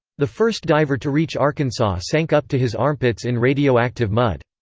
the first diver to reach arkansas sank up to his armpits in radioactive mud.